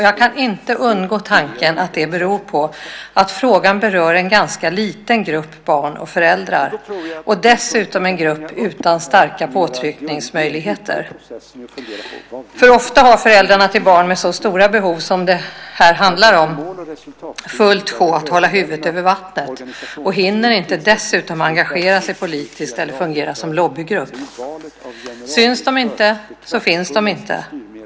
Jag kan inte undgå misstanken att det beror på att frågan berör en ganska liten grupp barn och föräldrar och att det dessutom gäller en grupp utan starka påtryckningsmöjligheter. Ofta har föräldrarna till barn med så stora behov som det här handlar om fullt sjå med att hålla näsan över vattenytan och hinner därför inte dessutom engagera sig politiskt eller fungera som lobbygrupp. Syns de inte så finns de inte.